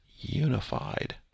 unified